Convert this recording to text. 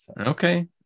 okay